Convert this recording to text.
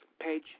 page